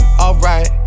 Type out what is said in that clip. alright